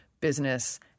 business